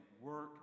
work